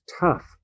tough